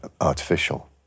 artificial